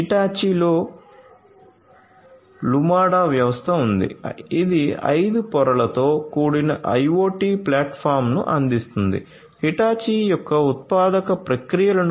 Hitachi కలిసి ఉపయోగిస్తారు